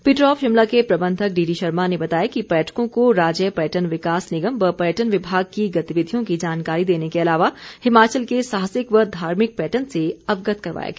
Peter half Shimla के प्रबंधक DD Sharma के ने बताया कि पर्यटकों को राज्य पर्यटन विकास निगम व पर्यटन विभाग की गतिविधियों की जानकारी देने के अलावा हिमाचल के साहसिक व धार्मिक पर्यटन से अवगत करवाया गया